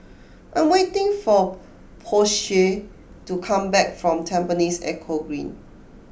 I am waiting for Posey to come back from Tampines Eco Green